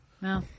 No